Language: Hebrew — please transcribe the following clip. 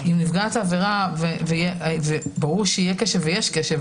ברור שיהיה קשב ויש קשב